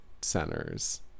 centers